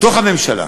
בתוך הממשלה,